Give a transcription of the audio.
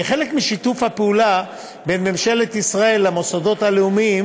כחלק משיתוף הפעולה בין ממשלת ישראל למוסדות הלאומיים